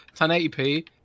1080p